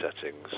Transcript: settings